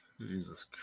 Jesus